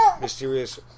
mysterious